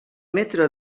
metro